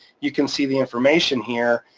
you can see the information here.